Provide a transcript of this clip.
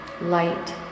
light